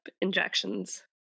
injections